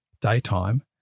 daytime